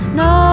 no